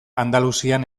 andaluzian